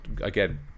again